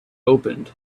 opened